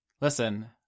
listen